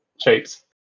Shapes